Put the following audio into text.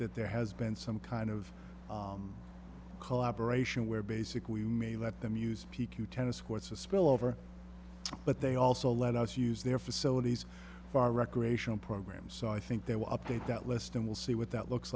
that there has been some kind of collaboration where basically may let them use p q tennis courts a spillover but they also let us use their facilities for recreational programs so i think they will update that list and we'll see what that looks